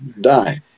die